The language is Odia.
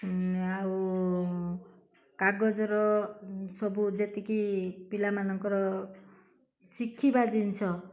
ଆଉ କାଗଜର ସବୁ ଯେତିକି ପିଲାମାନଙ୍କର ଶିଖିବା ଜିନିଷ